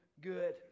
good